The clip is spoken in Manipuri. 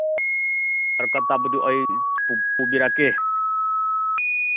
ꯗꯔꯀꯥꯔ ꯇꯥꯕꯗꯨ ꯑꯩ ꯄꯨꯕꯤꯔꯛꯀꯦ